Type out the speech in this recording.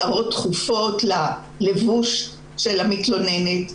הערות תכופות ללבוש של המתלוננת.